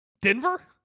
Denver